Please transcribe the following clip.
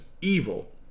evil